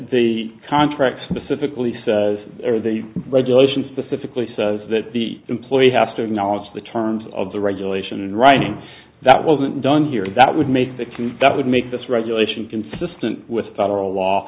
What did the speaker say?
the contract specifically says the regulations specifically says that the employee has to acknowledge the terms of the regulation in writing that wasn't done here that would make the case that would make this regulation consistent with federal law